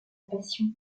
passion